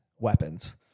weapons